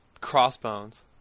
Crossbones